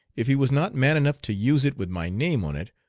if he was not man enough to use it with my name on it,